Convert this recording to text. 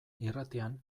irratian